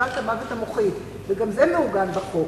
לשמש בוועדה שתקבע מוות מוחי, וגם זה מעוגן בחוק.